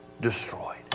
destroyed